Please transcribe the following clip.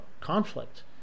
conflict